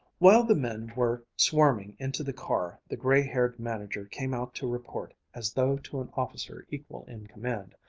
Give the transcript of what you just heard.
while the men were swarming into the car, the gray-haired manager came out to report, as though to an officer equal in command,